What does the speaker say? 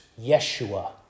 Yeshua